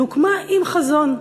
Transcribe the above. היא הוקמה עם חזון.